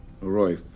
Roy